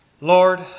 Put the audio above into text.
Lord